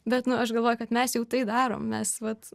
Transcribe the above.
bet aš galvoju kad mes jau tai darom mes vat